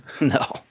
No